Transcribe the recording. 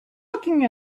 looking